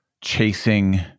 chasing